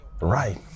Right